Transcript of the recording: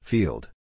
Field